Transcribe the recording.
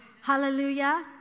Hallelujah